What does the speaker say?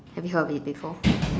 have you heard of it before